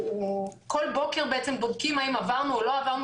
כל בוקר בעצם בודקים האם עברנו או לא עברנו